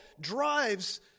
drives